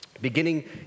beginning